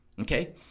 Okay